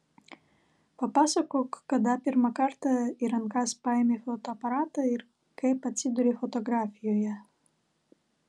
papasakok kada pirmą kartą į rankas paėmei fotoaparatą ir kaip atsidūrei fotografijoje